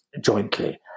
jointly